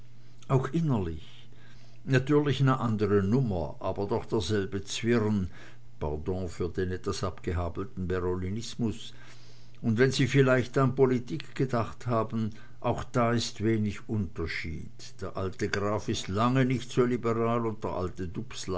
auch innerlich natürlich ne andre nummer aber doch derselbe zwirn pardon für den etwas abgehaspelten berolinismus und wenn sie vielleicht an politik gedacht haben auch da ist wenig unterschied der alte graf ist lange nicht so liberal und der alte